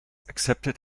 accepted